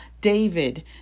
David